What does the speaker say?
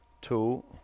two